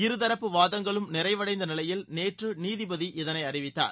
இருதரப்பு வாதங்களும் நிறைவடைந்த நிலையில் நேற்று நீதிபதி இதனை அறிவித்தார்